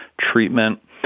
treatment